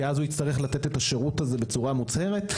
כי אז הוא יצטרך לתת את השירות הזה בצורה מוצהרת.